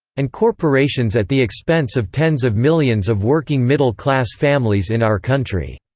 and corporations at the expense of tens of millions of working middle-class families in our country.